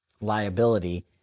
liability